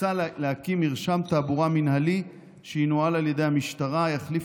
מוצע להקים מרשם תעבורה מינהלי שינוהל על ידי המשטרה ויחליף